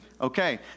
Okay